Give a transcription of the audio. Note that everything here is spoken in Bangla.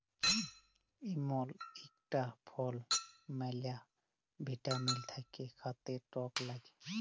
ইমল ইকটা ফল ম্যালা ভিটামিল থাক্যে খাতে টক লাগ্যে